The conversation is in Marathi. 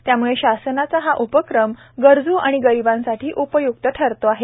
त्यामुळे शासनाचा हा उपक्रम गरजू आणि गरिबांसाठी उपय्क्त ठरत आहे